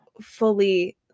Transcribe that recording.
fully